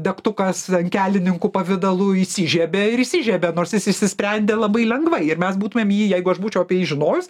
degtukas kelininkų pavidalu įsižiebia ir įsižiebia nors jis išsisprendė labai lengvai ir mes būtumėm jį jeigu aš būčiau apie jį žinojus